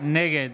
נגד